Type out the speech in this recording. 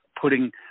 putting